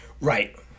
Right